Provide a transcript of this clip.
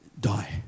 die